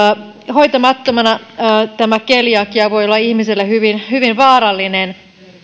hoitamattomana keliakia voi olla ihmiselle hyvin hyvin vaarallinen